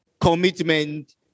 commitment